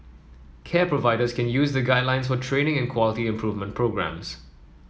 care providers can use the guidelines for training and quality improvement programmes